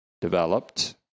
developed